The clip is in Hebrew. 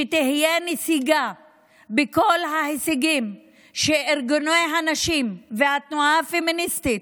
שתהיה נסיגה בכל ההישגים שארגוני הנשים והתנועה הפמיניסטית